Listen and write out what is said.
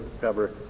cover